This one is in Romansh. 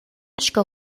sco